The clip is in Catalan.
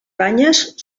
banyes